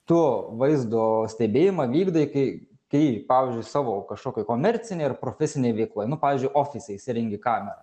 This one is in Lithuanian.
tu vaizdo stebėjimą vykdai kai kai pavyzdžiui savo kažkokioj komercinėj ar profesinėj veikloj nu pavyzdžiui ofise įsirengi kamerą